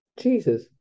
Jesus